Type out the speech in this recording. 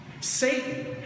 Satan